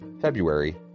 February